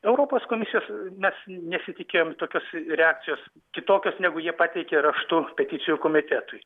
europos komisijos mes nesitikėjom tokios reakcijos kitokios negu jie pateikė raštu peticijų komitetui